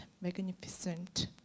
magnificent